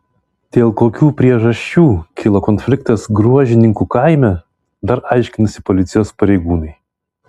dėl kokių priežasčių kilo konfliktas gruožninkų kaime dar aiškinasi policijos pareigūnai